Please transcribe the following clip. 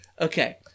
okay